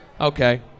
Okay